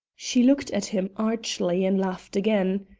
she looked at him archly and laughed again.